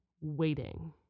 waiting